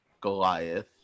Goliath